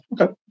Okay